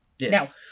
Now